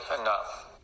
enough